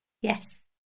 Yes